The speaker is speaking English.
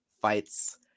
fights